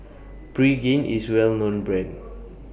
Pregain IS Well known Brand